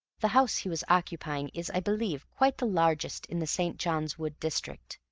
the house he was occupying is, i believe, quite the largest in the st. john's wood district.